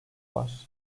var